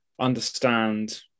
understand